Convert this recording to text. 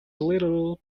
little